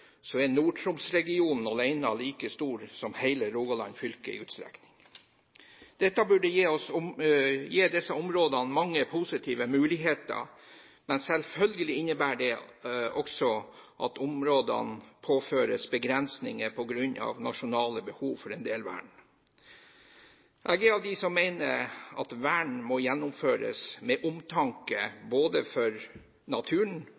så stort som landet Belgia i areal og større enn Danmark. Når vi går litt lenger sør, er Nord-Troms-regionen alene like stor som hele Rogaland fylke i utstrekning. Dette burde gi disse områdene mange positive muligheter, men selvfølgelig innebærer det også at områdene påføres begrensninger på grunn av nasjonale behov for en del vern. Jeg er av dem som mener at